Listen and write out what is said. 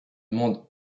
monde